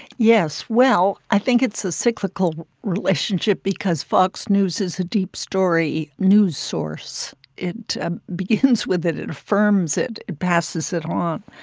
yes. well, i think it's a cyclical relationship because fox news is a deep story news source. it ah begins with it. it affirms it. it passes it on.